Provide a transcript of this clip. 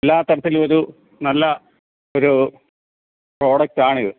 എല്ലാ തരത്തിലും ഒരു നല്ല ഒരു പ്രോഡക്റ്റ് ആണിത്